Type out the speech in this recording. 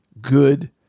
good